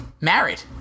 married